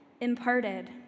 imparted